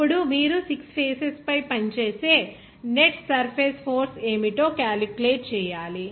అప్పుడు మీరు 6 ఫేసెస్ పై పనిచేసే నెట్ సర్ఫేస్ ఫోర్స్ ఏమిటో కాలిక్యులేట్ చేయాలి